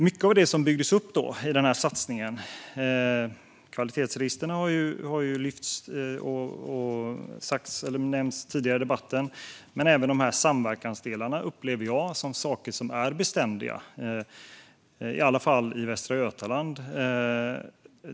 Bland annat byggdes kvalitetsregistren, som nämnts tidigare i debatten, och samverkansdelarna byggdes upp i denna satsning. Jag upplever dem som beständiga, i alla fall i Västra Götaland.